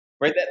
right